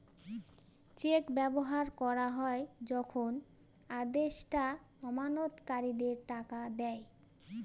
check ব্যবহার করা হয় যখন আদেষ্টা আমানতকারীদের টাকা দেয়